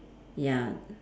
ya